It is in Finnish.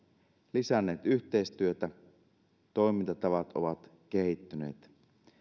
lisänneet yhteistyötä toimintatavat ovat kehittyneet